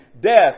death